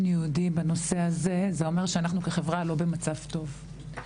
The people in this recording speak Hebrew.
ייעודי בנושא זה אומר שאנחנו כחברה לא במצב טוב.